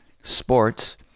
sports